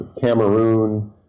Cameroon